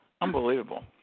Unbelievable